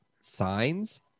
signs